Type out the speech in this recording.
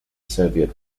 soviet